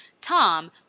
Tom